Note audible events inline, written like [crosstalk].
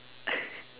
[laughs]